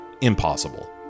impossible